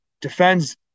defends